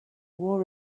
war